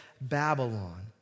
Babylon